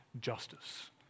justice